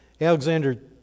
Alexander